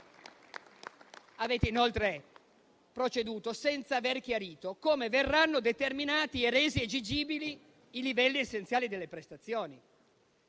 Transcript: Avete inoltre proceduto senza chiarire come verranno determinati e resi esigibili i livelli essenziali delle prestazioni.